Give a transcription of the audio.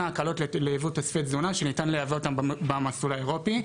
הקלות לייבוא תוספי תזונה שניתן לייבא אותם במסלול האירופי.